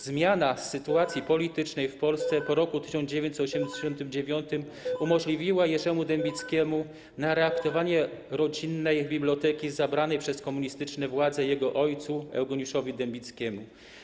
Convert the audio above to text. Zmiana sytuacji politycznej w Polsce po roku 1989 r. umożliwiła Jerzemu Dębickiemu reaktywowanie rodzinnej biblioteki, zabranej przez komunistyczne władze jego ojcu Eugeniuszowi Dębickiemu.